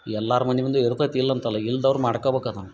ಎಲ್ಲಾರ ಮನೆ ಮುಂದೆ ಇರ್ತೇತಿ ಇಲ್ಲಂತಲ್ಲ ಇಲ್ದೋರ ಮಾಡ್ಕೊಬೇಕು ಅದನ್ನ